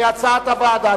כהצעת הוועדה.